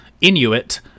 inuit